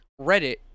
Reddit